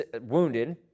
wounded